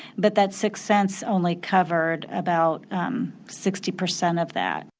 but that six cents only covered about sixty percent of that,